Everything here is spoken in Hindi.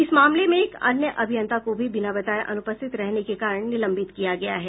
इस मामले में एक अन्य अभियंता को भी बिना बताये अनुपस्थित रहने के कारण निलंबित किया गया है